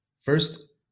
First